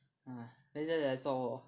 等一下子在做什么